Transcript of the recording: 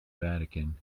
vatican